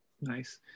Nice